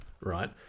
right